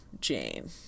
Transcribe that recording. Jane